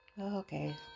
Okay